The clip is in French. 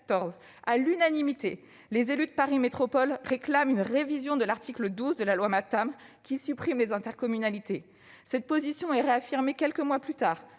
à l'unanimité, les élus de Paris Métropole réclament une révision de l'article 12 de la loi Maptam, qui supprime les intercommunalités. Cette position est réaffirmée quelques mois plus tard